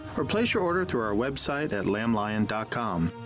or place your order thru our website at lamblion and com.